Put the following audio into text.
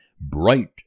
bright